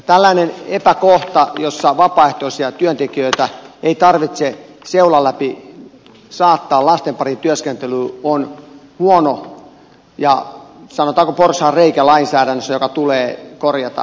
tällainen epäkohta jossa vapaaehtoisia työntekijöitä ei tarvitse seulan läpi saattaa lasten pariin työskentelyyn on huono ja sanotaanko porsaanreikä lainsäädännössä joka tulee korjata pikaisesti